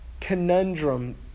Conundrum